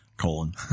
Colon